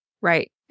Right